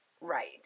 Right